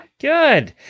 Good